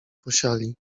posiali